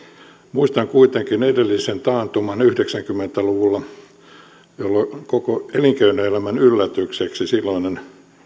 muistan kuitenkin edellisen taantuman yhdeksänkymmentä luvulla jolloin koko elinkeinoelämän yllätykseksi silloinen